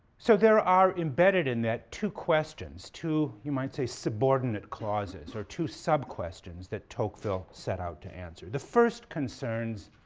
so there are embedded in that two questions, two you might say subordinate clauses or two sub questions that tocqueville set out to answer. the first concerns